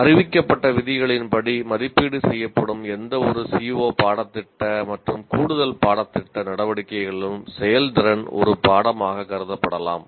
அறிவிக்கப்பட்ட விதிகளின்படி மதிப்பீடு செய்யப்படும் எந்தவொரு CO பாடத்திட்ட மற்றும் கூடுதல் பாடத்திட்ட நடவடிக்கைகளிலும் செயல்திறன் ஒரு பாடமாக கருதப்படலாம்